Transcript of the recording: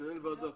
אין ועדה.